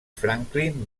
franklin